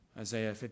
Isaiah